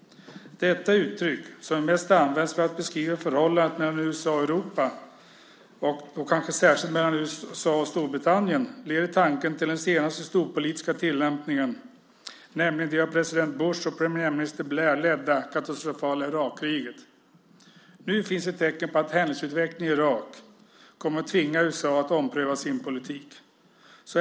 Detta uttryck, som mest används för att beskriva förhållandet mellan USA och Europa, och kanske särskilt mellan USA och Storbritannien, leder tanken till den senaste storpolitiska tillämpningen, nämligen det av president Bush och premiärminister Blair ledda katastrofala Irakkriget. Nu finns det tecken på att händelseutvecklingen i Irak kommer att tvinga USA att ompröva sin politik.